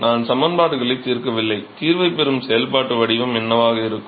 நான் சமன்பாடுகளைத் தீர்க்கவில்லை தீர்வைப் பெறும் செயல்பாட்டு வடிவம் என்னவாக இருக்கும்